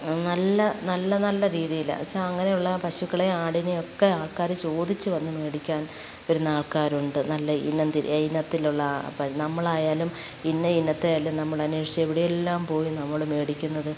നല്ല നല്ല നല്ല രീതിയിൽ വച്ച അങ്ങനെയുള്ള പശുക്കളെ ആടിനെയൊക്കെ ആൾക്കാർ ചോദിച്ച് വന്ന് മേടിക്കാൻ വരുന്ന ആൾക്കാരുണ്ട് നല്ല ഇനത്തിൽ ഇനത്തിലുള്ള ആ നമ്മളായാലും ഇന്ന ഇനത്തെയല്ലെ നമ്മളന്വേഷിച്ച് എവിടെയെല്ലാം പോയി നമ്മൾ മേടിക്കുന്നത്